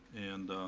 and,